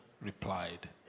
replied